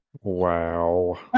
Wow